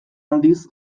aldiz